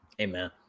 Amen